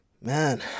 Man